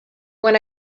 when